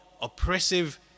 oppressive